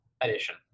edition